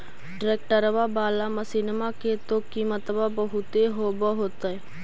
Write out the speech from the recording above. ट्रैक्टरबा बाला मसिन्मा के तो किमत्बा बहुते होब होतै?